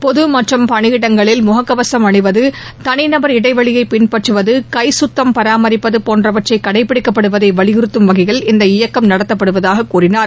பொது மற்றும் பணியிடங்களில் முகக்கவசும் அணிவது தனிநபர் இடைவெளியை பின்பற்றுவது கை சுத்தம் பராமரிப்பது போன்றவற்றை கடைபிடிக்கப்படுவதை வலியுறுத்தும் வகையில் இந்த இயக்கம் நடத்தப்படுவதாக கூறினார்